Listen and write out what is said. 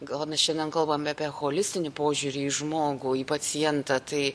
gal mes šiandien kalbam apie holistinį požiūrį į žmogų į pacientą tai